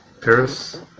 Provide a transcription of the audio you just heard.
Paris